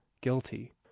guilty